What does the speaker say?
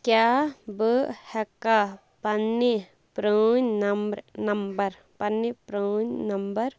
کیٛاہ بہٕ ہیٚکاہ پَننہِ پرٛانۍ نمبرٕ نمبَر پَننہِ پرٛان نمبَر